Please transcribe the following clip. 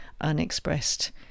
unexpressed